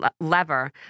lever